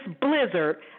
blizzard